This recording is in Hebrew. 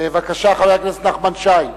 בבקשה, חבר הכנסת נחמן שי.